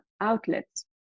outlets